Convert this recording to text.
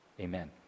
Amen